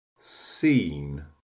seen